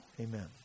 amen